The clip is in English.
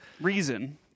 reason